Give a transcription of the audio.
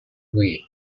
wii